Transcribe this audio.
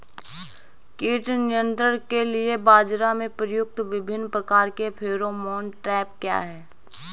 कीट नियंत्रण के लिए बाजरा में प्रयुक्त विभिन्न प्रकार के फेरोमोन ट्रैप क्या है?